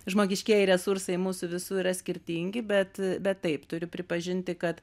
žmogiškieji resursai mūsų visų yra skirtingi bet bet taip turiu pripažinti kad